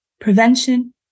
prevention